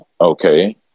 okay